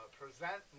present